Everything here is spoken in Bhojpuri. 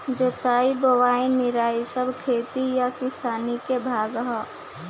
जोताई बोआई निराई सब खेती आ किसानी के भाग हा